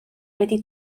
wedi